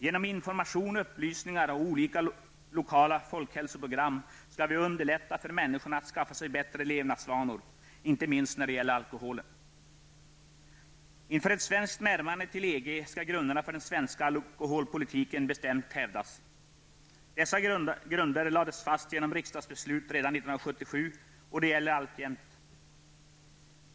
Genom information, upplysning och olika lokala folkhälsoprogram skall vi underlätta för människor att skaffa sig bättre levnadsvanor, inte minst när det gäller alkoholen. Inför ett svenskt närmande till EG skall grunderna för den svenska alkoholpolitiken bestämt hävdas. Dessa grunder lades fast genom riksdagsbeslut redan 1977, och de gäller alltjämt.